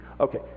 Okay